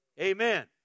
Amen